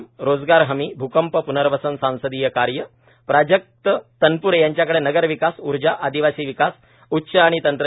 सार्वजनिक उपक्रम रोजगार हमी भूकंप प्नर्वसन संसदीय कार्य प्राजक्त तनप्रे यांच्याकडे नगर विकास उर्जा आदिवासी विकास उच्च आणि तंत्र